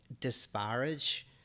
disparage